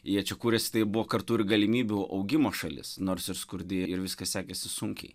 jie čia kūrėsi tai buvo kartu ir galimybių augimo šalis nors ir skurdi ir viskas sekėsi sunkiai